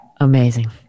Amazing